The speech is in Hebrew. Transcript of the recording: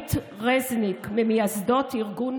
אורית רזניק, ממייסדות ארגון